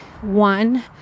one